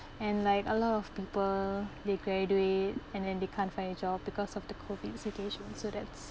and like a lot of people theY graduate and then they can't find a job because of the COVID situation so that's